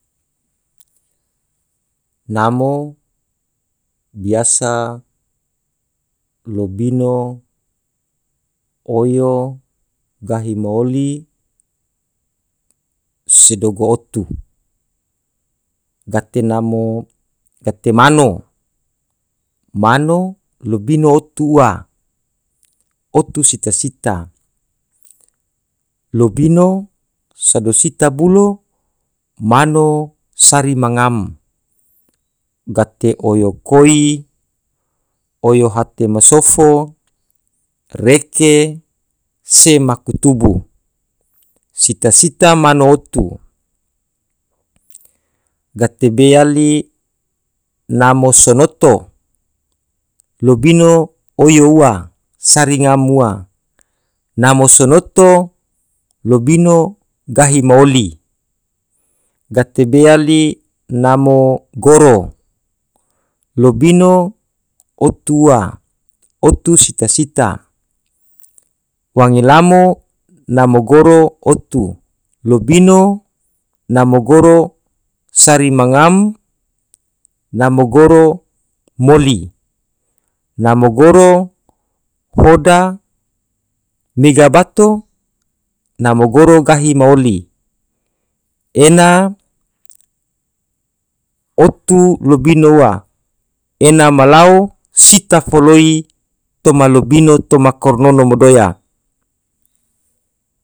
namo biasa lobino oyo gahi ma oli se dogo otu, gate namo gate mano, mano lobino otu ua otu sita sita lobino sado sita bulo mano sari ma ngam gate oyo koi. oyo hate ma sofo. reke se maku tubu sita sita mano otu gabe be yali namo sonoto lobino oyo ua sari ngam ua namo sonoto lobino gahi ma oli gate be yali namo goro lobino otu ua otu sita sita wange lamo namo goro otu lobino namo goro sari ma ngam namo goro moli, namo goro hoda mega bato namo gahi ma oli ena otu lobino ua ena ma lao sita foloi toma lobino toa kornono madoya.